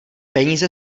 peníze